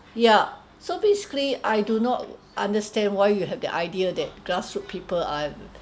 yeah so basically I do not understand why you have the idea that grassroot people are